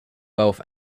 wealth